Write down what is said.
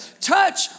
Touch